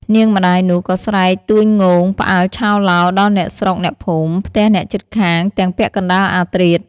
នាងម្ដាយនោះក៏ស្រែកទួញងោង ផ្អើលឆោឡោ ដល់អ្នកស្រុកអ្នកភូមិ ផ្ទះអ្នកជិតខាងទាំងពាក់កណ្ដាលអាធ្រាត ។